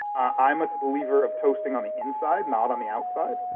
i'm a believer of toasting on the inside, not on the outside.